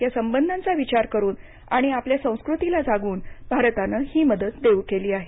त्या संबधांचा विचार करून आणि आपल्या संस्कृतीला जागून भारतानं ही मदत देऊ केली आहे